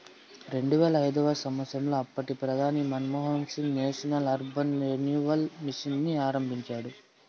రెండువేల ఐదవ సంవచ్చరంలో అప్పటి ప్రధాని Manmohan Singh National Urban Renewal Mission ని ఆరంభించినాడు